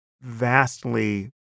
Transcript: vastly